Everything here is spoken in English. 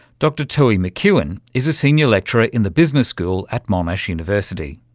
dr tui mckeown is a senior lecturer in the business school at monash university.